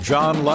John